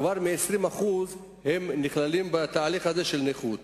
כבר מ-20% הם נכללים בתהליך הזה של נכות.